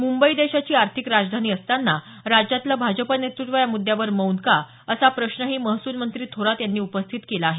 मुंबई देशाची आर्थिक राजधानी असताना राज्यातलं भाजप नेतृत्त्व या मुद्यावर मौन का असा प्रश्नही महसूलमंत्री थोरात यांनी उपस्थित केला आहे